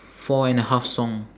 four and a half song